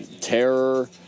terror